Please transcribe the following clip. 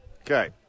Okay